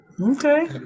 Okay